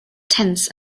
tense